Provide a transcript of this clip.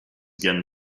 again